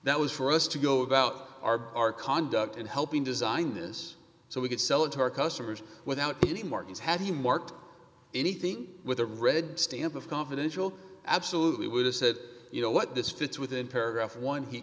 that was for us to go about our bar conduct in helping design this so we could sell it to our customers without any markings have you marked anything with a red stamp of confidential absolutely would have said you know what this fits within paragraph one he